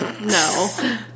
No